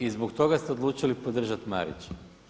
I zbog toga ste odlučili podržati Marića.